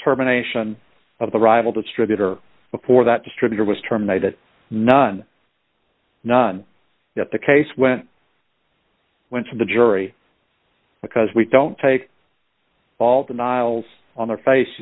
terminations of the rival distributor before that distributor was terminated none none that the case went went to the jury because we don't take all denials on their face